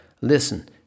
Listen